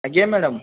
ଆଜ୍ଞା ମ୍ୟାଡ଼ାମ୍